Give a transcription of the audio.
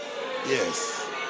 Yes